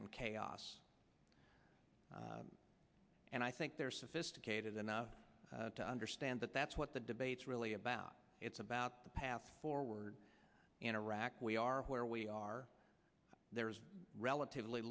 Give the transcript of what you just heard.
in chaos and i think they're sophisticated enough to understand that that's what the debates really it's about the path forward in iraq we are where we are there is relatively